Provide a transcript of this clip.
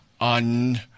on